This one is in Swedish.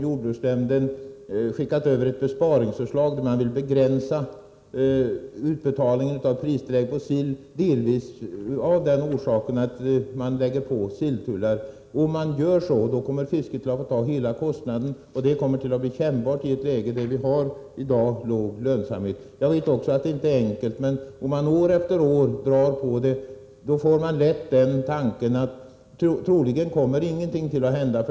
Jordbruksnämnden har avgivit ett besparingsförslag, där man vill begränsa utbetalningen av pristillägg för sill, delvis av den orsaken att det tas ut silltullar. Om man gör så, kommer fisket att få ta hela kostnaden, och det kommer att bli kännbart i ett läge när vi som nu har låg lönsamhet. Att det inte är enkelt vet jag också. Men om man drar på detta år efter år, får vi lätt uppfattningen att troligen kommer ingenting att hända.